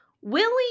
Willie